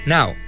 Now